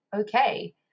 okay